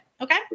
okay